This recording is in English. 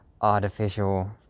artificial